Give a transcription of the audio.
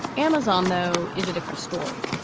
amazon, though, is a different story.